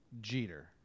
Jeter